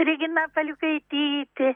regina paliukaitytė